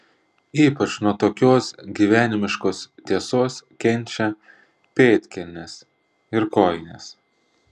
ypač nuo tokios gyvenimiškos tiesos kenčia pėdkelnės ir kojinės